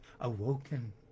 awoken